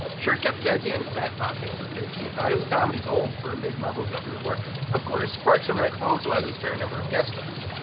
schur kept the idea in his back pocket because he thought it was comedy gold for a mid-level government worker. of course, parks and rec also has its fair number of guest stars.